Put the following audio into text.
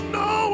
no